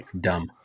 Dumb